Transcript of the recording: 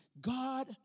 God